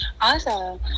Awesome